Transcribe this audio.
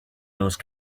those